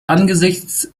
angesichts